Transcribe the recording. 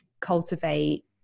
cultivate